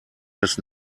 des